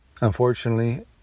unfortunately